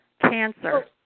cancer